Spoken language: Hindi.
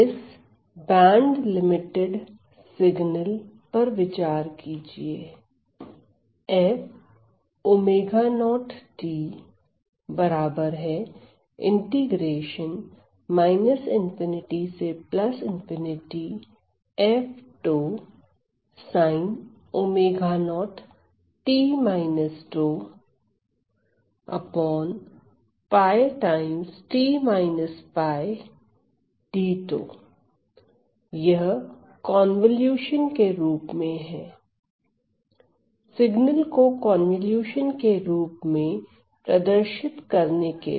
इस बैंडलिमिटेड सिग्नल पर विचार कीजिए यह कन्वॉल्यूशन के रूप में है सिग्नल को कन्वॉल्यूशन के रूप में प्रदर्शित करने के लिए